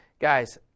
guys